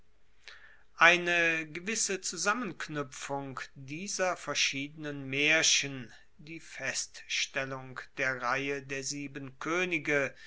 eine gewisse zusammenknuepfung dieser verschiedenen maerchen die feststellung der reihe der sieben koenige